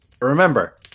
Remember